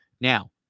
Now